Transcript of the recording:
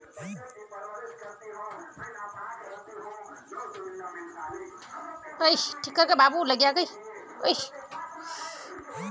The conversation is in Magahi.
बैंक किरानी स पूछे बता जे सब खातौत कुल राशि कत्ते छ